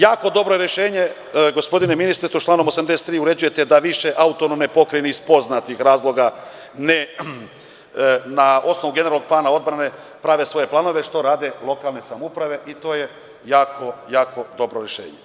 Jako dobro rešenje, to gospodine ministre članom 83. uređujete da više AP iz poznatih razloga ne, na osnovu generalnog plana odbrane, prave svoje planove, što rade lokalne samouprave i to je jako dobro rešenje.